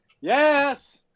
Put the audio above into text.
Yes